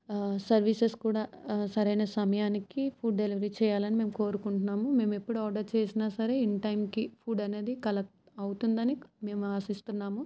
services కూడా సరైన సమయానికి ఫుడ్ డెలివరీ చేయాలని మేము కోరుకుంటున్నాము మేము ఎప్పుడు ఆర్డర్ చేసినా సరే ఇన్ టైంకి ఫుడ్ కలెక్ట్ అవుతుందని మేము ఆశిస్తున్నాము